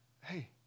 hey